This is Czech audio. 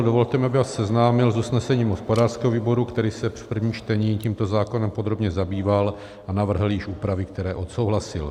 Dovolte mi, abych vás seznámil s usnesením hospodářského výboru, který se v prvním čtení tímto zákonem podrobně zabýval a navrhl již úpravy, které odsouhlasil.